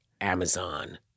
Amazon